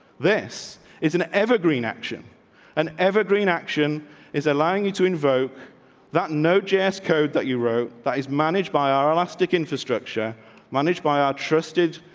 this is an evergreen action on and evergreen. action is allowing you to invoke that no jess code that you wrote that is managed by our elastic infrastructure managed by our trusted